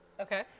okay